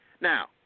Now